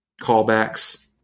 callbacks